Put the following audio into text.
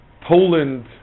Poland